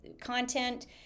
content